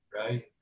right